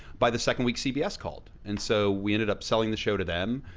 by the second week cbs called, and so we ended up selling the show to them.